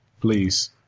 Please